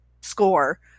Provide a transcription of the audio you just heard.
score